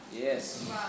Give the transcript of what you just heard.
Yes